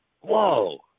whoa